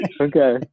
Okay